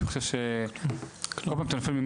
אני חושב ש- אני שואל,